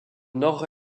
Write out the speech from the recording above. nord